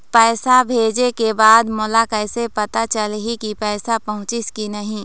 पैसा भेजे के बाद मोला कैसे पता चलही की पैसा पहुंचिस कि नहीं?